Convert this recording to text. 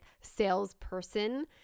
salesperson